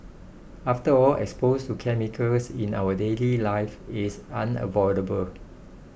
after all exposure to chemicals in our daily life is unavoidable